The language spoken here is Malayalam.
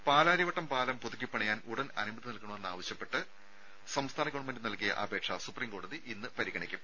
രുമ പാലാരിവട്ടം പാലം പുതുക്കിപ്പണിയാൻ ഉടൻ അനുമതി നൽകണമെന്നാവശ്യപ്പെട്ട് സംസ്ഥാന ഗവൺമെന്റ് നൽകിയ അപേക്ഷ സുപ്രീം കോടതി ഇന്ന് പരിഗണിക്കും